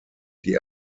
die